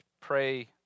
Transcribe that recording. pray